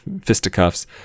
fisticuffs